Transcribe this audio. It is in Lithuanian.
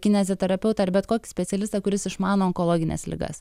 kineziterapeutą ar bet kokį specialistą kuris išmano onkologines ligas